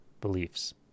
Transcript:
beliefs